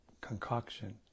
concoction